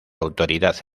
autoridad